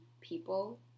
people